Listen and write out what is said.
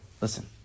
listen